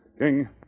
King